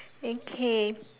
okay